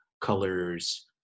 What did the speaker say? colors